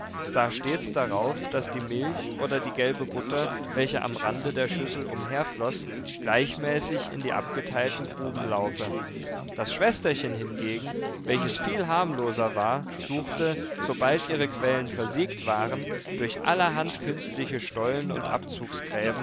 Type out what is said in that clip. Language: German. sah stets darauf daß die milch oder die gelbe butter welche am rande der schüssel umherfloß gleichmäßig in die abgeteilten gruben laufe das schwesterchen hingegen welches viel harmloser war suchte sobald ihre quellen versiegt waren durch allerhand künstliche stollen und